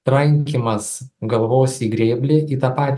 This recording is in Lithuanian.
trankymas galvos į grėblį į tą patį